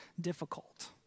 difficult